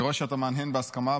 אני רואה שאתה מהנהן בהסכמה,